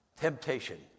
Temptation